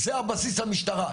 זה בסיס המשטרה.